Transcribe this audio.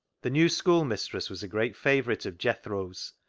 the new schoolmistress was a great favourite of jethro's,